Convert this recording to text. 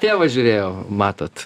tėvą žiūrėjau matot